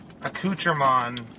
accoutrement